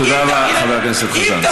תודה רבה, חבר הכנסת חזן.